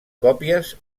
còpies